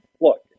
Look